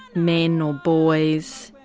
men or boys,